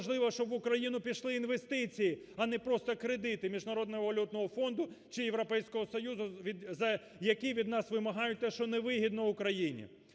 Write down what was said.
важливо, щоб в Україну пішли інвестиції, а не просто кредити Міжнародного валютного фонду чи Європейського Союзу від… за які від нас вимагають те, що не вигідно Україні.